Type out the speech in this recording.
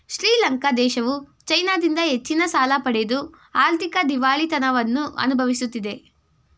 ಶ್ರೀಲಂಕಾ ದೇಶವು ಚೈನಾದಿಂದ ಹೆಚ್ಚಿನ ಸಾಲ ಪಡೆದು ಆರ್ಥಿಕ ದಿವಾಳಿತನವನ್ನು ಅನುಭವಿಸುತ್ತಿದೆ